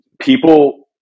people